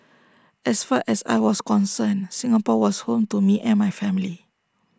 as far as I was concerned Singapore was home to me and my family